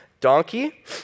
donkey